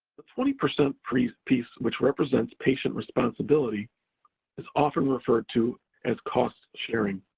the twenty percent piece piece which represents patient responsibility is often referred to as cost sharing,